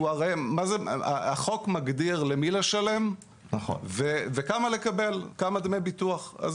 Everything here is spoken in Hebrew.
הרי החוק מגדיר למי לשלם וכמה דמי ביטוח לקבל.